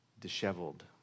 disheveled